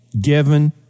given